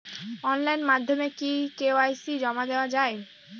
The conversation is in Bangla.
অনলাইন মাধ্যমে কি কে.ওয়াই.সি জমা করে দেওয়া য়ায়?